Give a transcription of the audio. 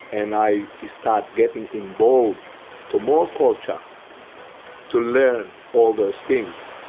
and i start getting involved to more culture to learn all those things.